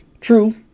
True